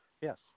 Yes